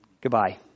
Goodbye